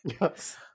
Yes